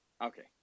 Okay